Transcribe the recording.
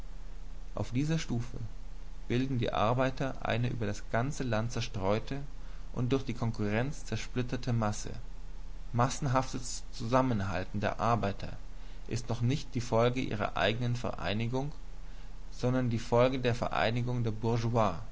auf dieser stufe bilden die arbeiter eine über das land zerstreute und durch die konkurrenz zersplitterte masse massenhaftes zusammenhalten der arbeiter ist noch nicht die folge ihrer eigenen vereinigung sondern die folge der vereinigung der